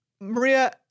maria